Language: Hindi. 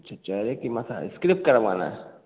अच्छा चेहरे की मसाज स्क्रिब करवाना है